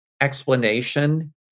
explanation